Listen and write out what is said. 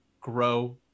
grow